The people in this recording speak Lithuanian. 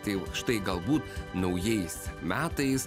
tai jau štai galbūt naujais metais